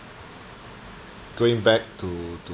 going back to to